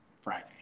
Friday